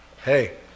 Hey